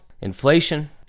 inflation